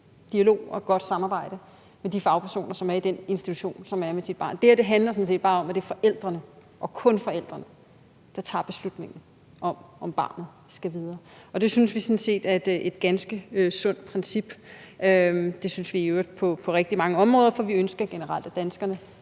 dialog og et godt samarbejde med de fagpersoner, som er i den institution, hvor ens barn er. Det handler sådan set bare om, at det er forældrene og kun forældrene, der tager beslutningen om, om barnet skal videre, og det synes vi sådan set er et ganske sundt princip. Det synes vi i øvrigt på rigtig mange områder, for vi ønsker generelt, at danskerne